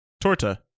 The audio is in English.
torta